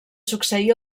succeí